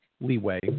leeway